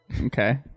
Okay